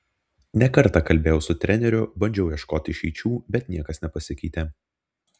ne kartą kalbėjau su treneriu bandžiau ieškoti išeičių bet niekas nepasikeitė